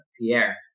Pierre